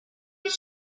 میرم